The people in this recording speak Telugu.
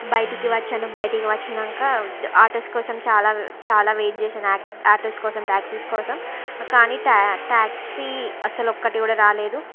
బయటికి వచ్చాను బయటికి వచ్చినంక ఆటోస్ కోసం చాలా చాలా వెయిట్ చేసాను ఆటోస్ కోసం టాక్సీస్ కోసం కానీ ట్యా ట్యాక్సీ అసలు ఒక్కటి కూడా రాలేదు